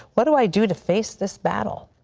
what do i do to face this battle.